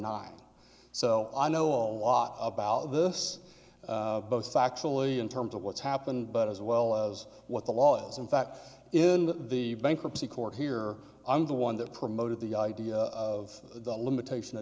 nine so i know all lot about this both factually in terms of what's happened but as well as what the law is in fact in that the bankruptcy court here i'm the one that promoted the idea of the limitation